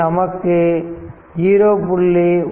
இதில் நமக்கு 0